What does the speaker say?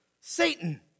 Satan